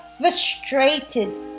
frustrated